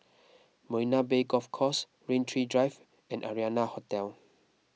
Marina Bay Golf Course Rain Tree Drive and Arianna Hotel